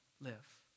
live